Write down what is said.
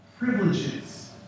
Privileges